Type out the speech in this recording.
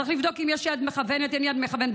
צריך לבדוק אם יש יד מכוונת או אין יד מכוונת.